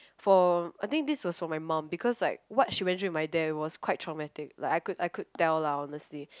for I think this was for my mum because like what she went through with my dad it was quite traumatic like I could I could tell lah honestly